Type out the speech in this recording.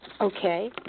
Okay